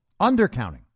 Undercounting